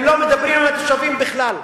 הם לא מדברים עם התושבים בכלל.